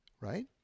Right